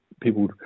People